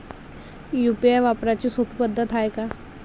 UPI वापराची सोपी पद्धत हाय का?